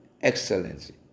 excellency